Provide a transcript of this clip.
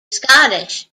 scottish